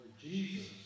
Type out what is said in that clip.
Jesus